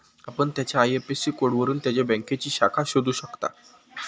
आपण त्याच्या आय.एफ.एस.सी कोडवरून त्याच्या बँकेची शाखा शोधू शकता